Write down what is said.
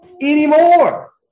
anymore